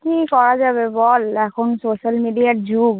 কী করা যাবে বল এখন সোশ্যাল মিডিয়ার যুগ